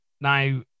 Now